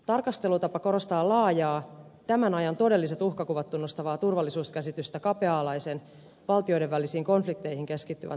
tarkastelutapa korostaa laajaa tämän ajan todelliset uhkakuvat tunnustavaa turvallisuuskäsitystä kapea alaisen valtioiden välisiin konflikteihin keskittyvän turvallisuuskäsityksen sijaan